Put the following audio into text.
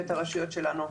ואת הרשויות שלנו.